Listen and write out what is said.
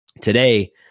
today